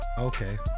Okay